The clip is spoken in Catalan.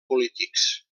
polítics